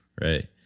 Right